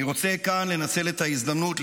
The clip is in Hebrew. אני רוצה כאן לנצל את ההזדמנות,